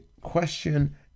question